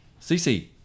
cc